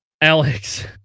Alex